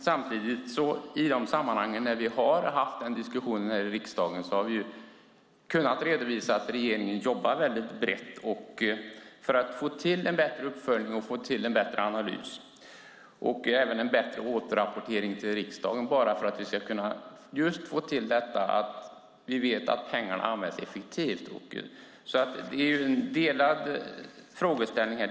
Samtidigt, när vi har haft diskussioner i riksdagen i dessa sammanhang, har vi kunnat redovisa att regeringen jobbar väldigt brett för att få till en bättre uppföljning, en bättre analys och även en bättre återrapportering till riksdagen för att vi ska kunna veta att pengarna används effektivt. Det är alltså en delad frågeställning.